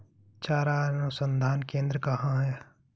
चारा अनुसंधान केंद्र कहाँ है?